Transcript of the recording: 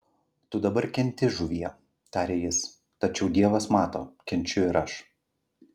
tu dabar kenti žuvie tarė jis tačiau dievas mato kenčiu ir aš